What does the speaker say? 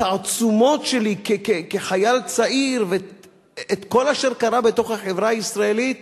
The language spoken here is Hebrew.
התעצומות שלי כחייל צעיר ואת כל אשר קרה בחברה הישראלית.